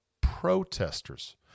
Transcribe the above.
protesters